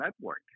network